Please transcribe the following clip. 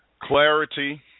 clarity